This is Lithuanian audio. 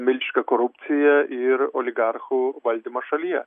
milžiniška korupcija ir oligarchų valdymą šalyje